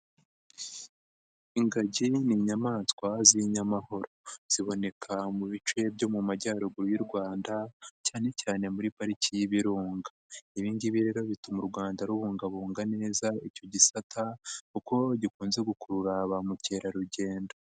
Ingagi ni inyamaswa z'inyamahoro, ziboneka mu bice byo mu majyaruguru y'u Rwanda cyanecyane muri pariki y'ibirunga, ibi ngibi rero bituma u Rwanda rubungabunga neza icyo gisata kuko gikunze gukurura ba mukerarugendo.